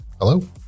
Hello